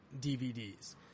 DVDs